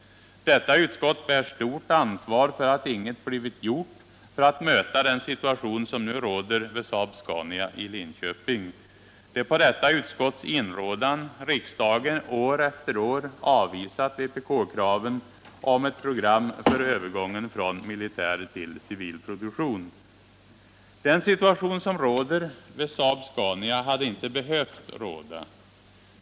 Detta utskott bär stort ansvar för att inget blivit gjort för att möta den situation som nu råder vid Saab-Scania i Linköping. Det är på detta utskotts inrådan riksdagen år efter år avvisat vpk-kraven om ett program för övergången från militär till civil produktion. Den situation som råder vid Saab-Scania hade inte behövt råda.